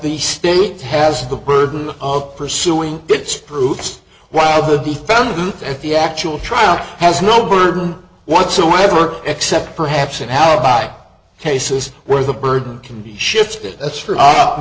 the state has the burden of pursuing its proofs while the be found at the actual trial has no burden whatsoever except perhaps in alibi cases where the burden can be shifted that's